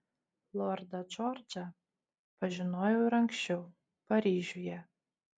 lordą džordžą pažinojau ir anksčiau paryžiuje